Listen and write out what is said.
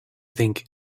think